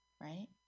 right